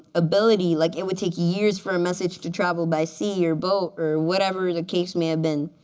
ability, like it would take years for a message to travel by sea or boat or whatever the case may have been,